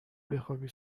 بخوابی